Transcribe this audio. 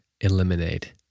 eliminate